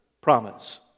promise